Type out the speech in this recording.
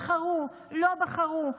אם בחרו או לא בחרו,